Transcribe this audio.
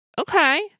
Okay